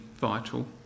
vital